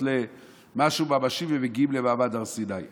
למשהו ממשי ומגיעים למעמד הר סיני.